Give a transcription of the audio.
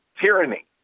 tyranny